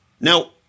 Now